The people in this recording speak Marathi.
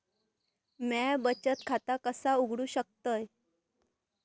म्या बचत खाता कसा उघडू शकतय?